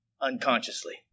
unconsciously